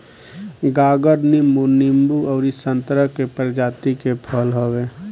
गागर नींबू, नींबू अउरी संतरा के प्रजाति के फल हवे